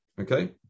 Okay